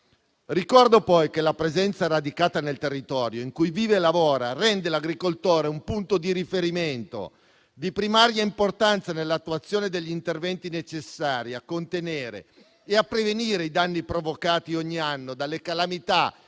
Ricordo poi che la presenza radicata nel territorio in cui vive e lavora, rende l'agricoltore un punto di riferimento di primaria importanza nell'attuazione degli interventi necessari a contenere e a prevenire i danni provocati ogni anno dalle calamità